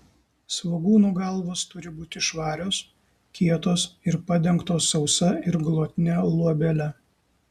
svogūnų galvos turi būti švarios kietos ir padengtos sausa ir glotnia luobele